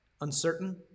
uncertain